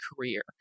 career